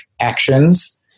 actions